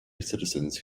citizens